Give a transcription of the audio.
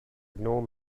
ignore